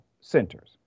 centers